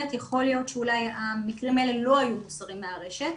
יכול להיות שאולי המקרים האלה לא היו מוסרים מהרשת,